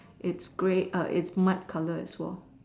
it's grey err it's mud color as well